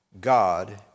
God